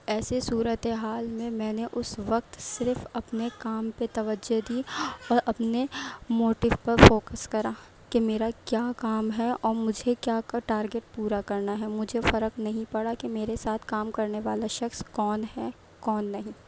ایسے صورت حال میں میں نے اس وقت صرف اپنے کام پہ توجہ دی اور اپنے موٹیو پر فوکس کرا کہ میرا کیا کام ہے اور مجھے کیا ٹارگیٹ پورا کرنا ہے مجھے فرق نہیں پڑا کہ میرے ساتھ کام کرنے والا شخص کون ہے کون نہیں